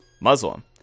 Muslim